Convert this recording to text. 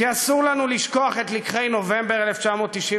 כי אסור לנו לשכוח את לקחי נובמבר 1995,